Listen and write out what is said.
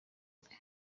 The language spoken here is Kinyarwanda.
bwe